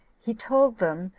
he told them,